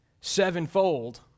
sevenfold